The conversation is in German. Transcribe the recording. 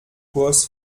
kurs